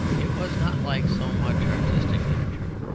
it was not like so much artistic literature,